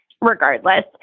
regardless